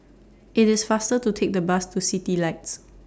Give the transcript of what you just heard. IT IS faster to Take The Bus to Citylights